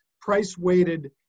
price-weighted